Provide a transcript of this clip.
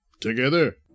together